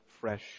fresh